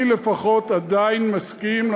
אני לפחות עדיין מסכים,